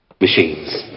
machines